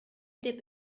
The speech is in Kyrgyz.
деп